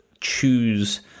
choose